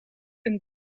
een